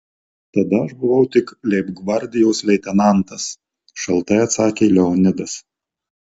tada aš buvau tik leibgvardijos leitenantas šaltai atsakė leonidas